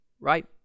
Right